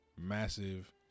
massive